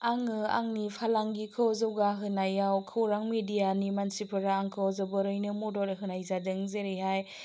आङो आंनि फालांगिखौ जौगाहोनायाव खौरां मिडियानि मानसिफोरा आंखौ जोबोरैनो मदद होनाय जादों जेरैहाय